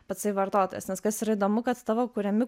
patsai vartotojas nes kas yra įdomu kad tavo kuriami